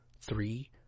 three